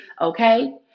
okay